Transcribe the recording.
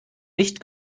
nicht